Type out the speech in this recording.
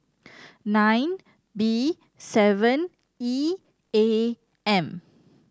nine B seven E A M